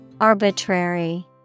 Arbitrary